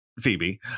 Phoebe